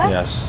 Yes